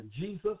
Jesus